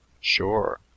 Sure